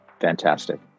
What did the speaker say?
Fantastic